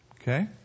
Okay